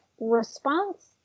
response